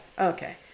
Okay